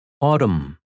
Autumn